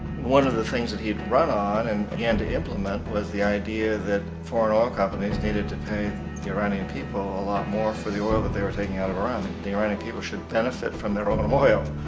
one of the things that he brought on and began to implement was the idea that foreign oil companies needed to pay the iranian people a lot more for the oil that they were taking out of iran and the iranian people should benefit from their own oil.